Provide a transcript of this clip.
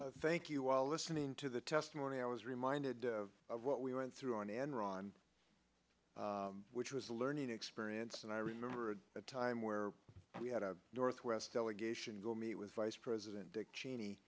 state thank you while listening to the testimony i was reminded of what we went through on enron which was a learning experience and i remember a time where we had a northwest allegation go meet with vice president dick cheney